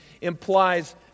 implies